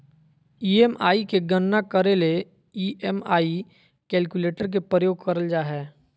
EMI के गणना करे ले ई.एम.आई कैलकुलेटर के प्रयोग करल जा हय